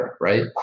right